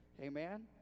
Amen